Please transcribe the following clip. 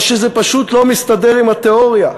או שזה פשוט לא מסתדר עם התיאוריה?